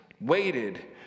waited